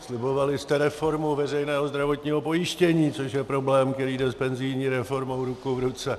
Slibovali jste reformu veřejného zdravotního pojištění, což je problém, který jde s penzijní reformou ruku v ruce.